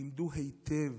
למדו היטב,